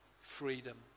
freedom